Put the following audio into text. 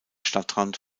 stadtrand